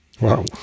Wow